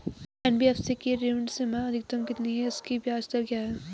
NBFC की ऋण सीमा अधिकतम कितनी है इसकी ब्याज दर क्या है?